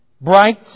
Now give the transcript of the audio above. bright